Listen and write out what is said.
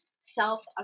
self